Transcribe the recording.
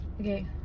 Okay